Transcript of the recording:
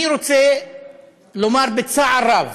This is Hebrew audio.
אני רוצה לומר בצער רב